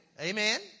Amen